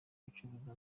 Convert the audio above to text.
gucuruza